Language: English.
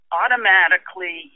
automatically